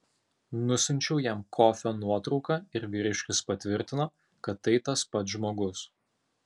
nusiunčiau jam kofio nuotrauką ir vyriškis patvirtino kad tai tas pats žmogus